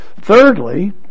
Thirdly